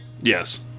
Yes